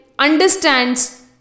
understands